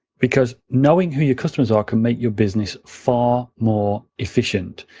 because knowing who your customers are could make your business far more efficient.